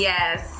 Yes